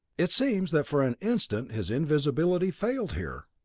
it seems that for an instant his invisibility failed here.